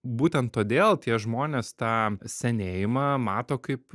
būtent todėl tie žmonės tą senėjimą mato kaip